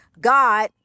God